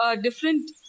different